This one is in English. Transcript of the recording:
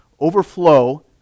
overflow